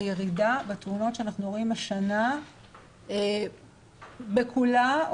שהירידה בתאונות שאנחנו רואים השנה בכולה או